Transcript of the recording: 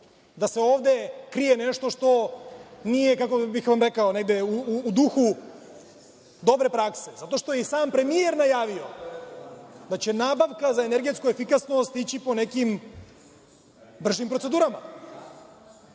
da se ovde krije nešto što nije u duhu dobre prakse? Zato što je i sam premijer najavio da će nabavka za energetsku efikasnost ići po nekim bržim procedurama,